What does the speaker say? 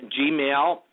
gmail